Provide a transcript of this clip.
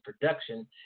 production